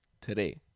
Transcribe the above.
today